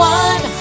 one